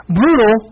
brutal